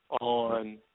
on